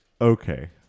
Okay